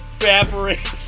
evaporates